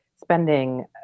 spending